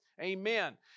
Amen